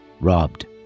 robbed